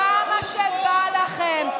כמה שבא לכם.